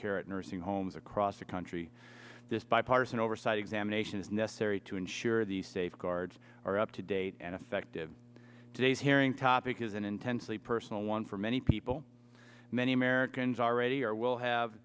at nursing homes across the country this bipartisan oversight examination is necessary to ensure the safeguards are up to date and effective today's hearing topic is an intensely personal one for many people many americans already or will have